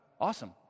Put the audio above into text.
Awesome